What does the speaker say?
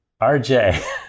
RJ